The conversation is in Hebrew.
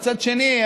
מצד שני,